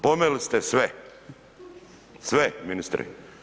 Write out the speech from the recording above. Pomeli ste sve, sve ministre.